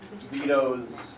Vito's